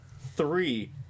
three